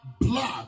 blood